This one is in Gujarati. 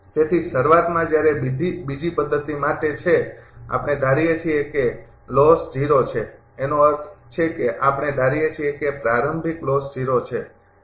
તેથી શરૂઆતમાં જ્યારે બીજી પદ્ધતિ માટે છે આપણે ધારી એ છીએ કે લોસ ૦ છે એનો અર્થ છે કે આપણે ધારીએ છીએ કે પ્રારંભિક લોસ ૦ છે